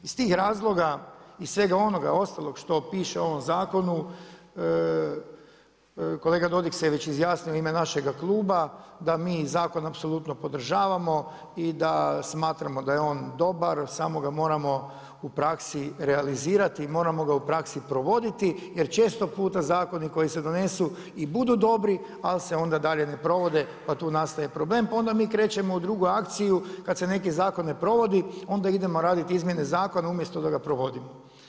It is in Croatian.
Iz tih razloga i svega onoga ostalog što piše u ovom zakonu, kolega Dodig se već izjasnio u ime našega kluba, da mi zakon apsolutno podržavamo i da smatramo da je on dobar samo ga moramo u praksi realizirati i moramo ga u praksi provoditi jer često puta zakoni koji se donesu i budu dobri, ali se onda dalje ne provode pa tu nastaje problem pa onda mi krećemo u drugu akciju kad se neki zakon ne provodi, onda idemo raditi izmjene zakona umjesto da ga provodimo.